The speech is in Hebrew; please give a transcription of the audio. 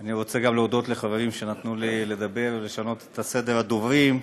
אני רוצה להודות גם לחברים שנתנו לי לדבר ולשנות את סדר הדוברים,